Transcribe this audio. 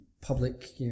public